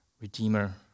redeemer